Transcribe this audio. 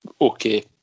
Okay